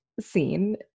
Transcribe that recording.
scene